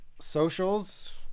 socials